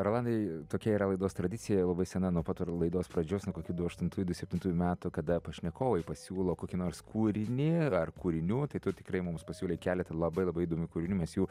rolandai tokia yra laidos tradicija labai sena nuo pat laidos pradžios nuo kokių du aštuntųjų du septintųjų metų kada pašnekovai pasiūlo kokį nors kūrinį ar kūrinių tai tu tikrai mums pasiūlei keletą labai labai įdomių kūrinių mes jų